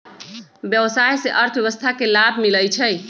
व्यवसाय से अर्थव्यवस्था के लाभ मिलइ छइ